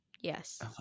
Yes